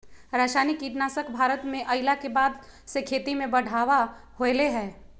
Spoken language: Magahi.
रासायनिक कीटनासक भारत में अइला के बाद से खेती में बढ़ावा होलय हें